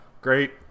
Great